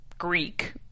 greek